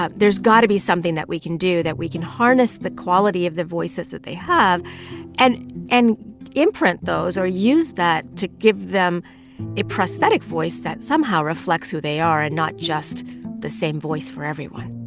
ah there's got to be something that we can do that we can harness the quality of the voices that they have and and imprint those or use that to give them a prosthetic voice that somehow reflects who they are and not just the same voice for everyone